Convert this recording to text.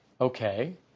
Okay